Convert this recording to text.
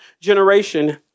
generation